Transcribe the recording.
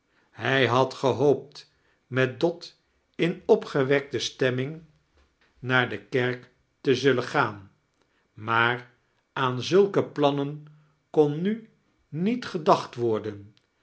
hij had gehoopt met dot in opgewekte stemming naar de kierk te zullen gaan maar aanzulke plannen bon mi niet gedacht worden